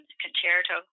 concerto